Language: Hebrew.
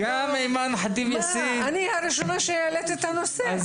אני הראשונה להעלות את הנושא.